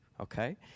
okay